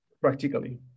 practically